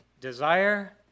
Desire